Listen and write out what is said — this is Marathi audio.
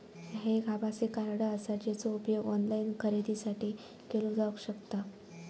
ह्या एक आभासी कार्ड आसा, जेचो उपयोग ऑनलाईन खरेदीसाठी केलो जावक शकता